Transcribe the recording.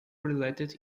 related